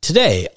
Today